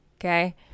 okay